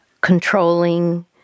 controlling